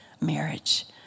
marriage